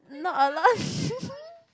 not a lot